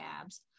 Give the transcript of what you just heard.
abs